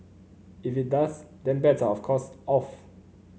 if it does then bets are of course off